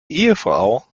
ehefrau